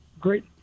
great